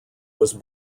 was